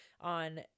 On